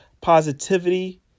positivity